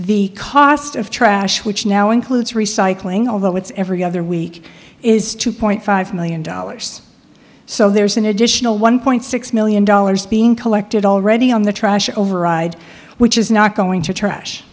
the cost of trash which now includes recycling although it's every other week is two point five million dollars so there's an additional one point six million dollars being collected already on the trash override which is not going to trash